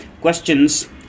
questions